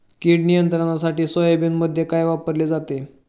कीड नियंत्रणासाठी सोयाबीनमध्ये काय वापरले जाते?